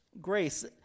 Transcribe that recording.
grace